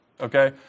Okay